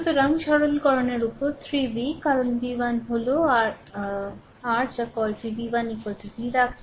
সুতরাং সরলকরণের উপর 3 V কারণ V1 হল r যা কলটি V 1 V রাখছে